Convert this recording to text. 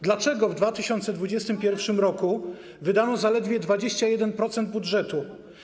Dlaczego w 2021 r. wydano zaledwie 21% budżetu?